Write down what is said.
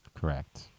correct